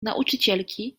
nauczycielki